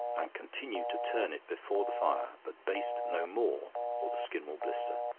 and continue to turn it before the fire, but baste no more, or the skin will blister.